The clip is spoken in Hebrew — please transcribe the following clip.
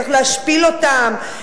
צריך להשפיל אותם.